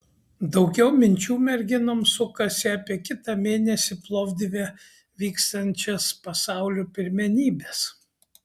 daugiau minčių merginoms sukasi apie kitą mėnesį plovdive vyksiančias pasaulio pirmenybes